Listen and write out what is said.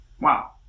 Wow